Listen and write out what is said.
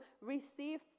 receive